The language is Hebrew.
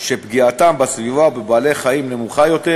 שפגיעתם בסביבה ובבעלי-חיים נמוכה יותר,